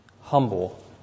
humble